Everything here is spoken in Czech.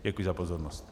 Děkuji za pozornost.